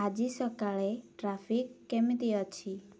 ଆଜି ସକାଳେ ଟ୍ରାଫିକ୍ କେମିତି ଅଛି